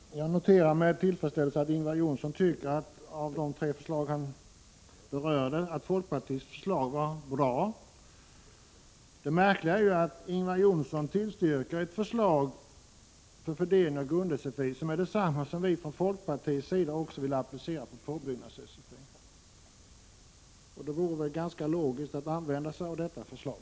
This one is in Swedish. Herr talman! Jag noterar med tillfredsställelse att Ingvar Johnsson när han berörde de tre förslagen tyckte att folkpartiets förslag var bra. Det märkliga är att Ingvar Johnsson tillstyrker ett förslag för fördelning av grund-sfi som är detsamma som det som vi från folkpartiets sida vill applicera även på påbyggnads-sfi. Då vore det logiskt att också tillstyrka detta förslag.